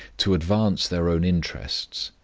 to advance their own interests,